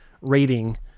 rating